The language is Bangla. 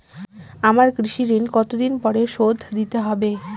আমার কৃষিঋণ কতদিন পরে শোধ দিতে হবে?